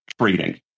trading